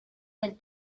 with